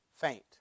faint